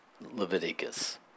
Leviticus